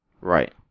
right